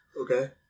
Okay